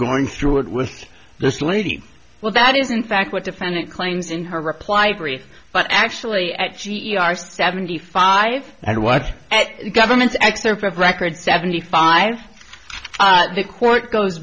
going through it with this lady well that is in fact what defendant claims in her reply brief but actually g e r seventy five and what governments excerpt of record seventy five the court goes